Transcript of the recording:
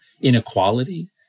inequality